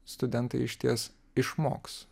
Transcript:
studentai išties išmoks